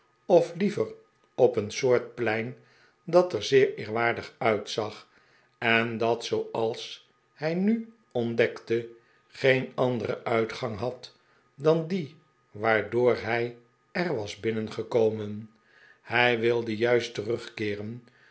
of liever op een soort plein dat er zeer eerwaardig uitzag en dat zooals hij nu ontdekte geen anderen uitgang had dan die waardoor hij er was binnengekomen hij wilde juist terugkeeren